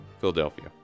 Philadelphia